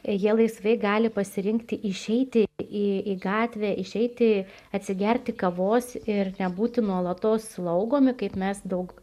jie laisvai gali pasirinkti išeiti į į gatvę išeiti atsigerti kavos ir nebūti nuolatos slaugomi kaip mes daug